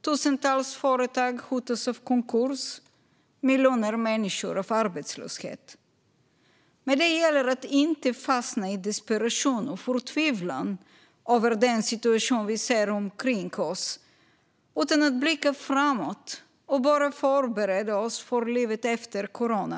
Tusentals företag hotas av konkurs och miljoner människor av arbetslöshet. Men det gäller att inte fastna i desperation och förtvivlan över den situation vi ser omkring oss, utan att blicka framåt och börja förbereda oss för livet efter corona.